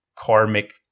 karmic